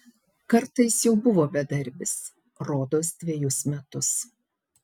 kartą jis jau buvo bedarbis rodos dvejus metus